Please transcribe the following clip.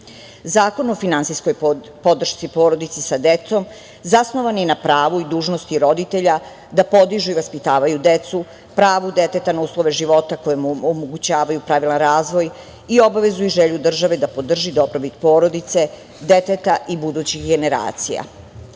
Zakon o finansijskoj podršci porodice sa decom zasnovan je na pravu i na dužnosti roditelja, da podižu i vaspitavaju decu, pravo deteta na uslove života koje mu omogućavaju pravilan razvoj i obavezu i želju države da podrži dobrobit porodice deteta i budućih generacija. Ovim